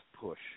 push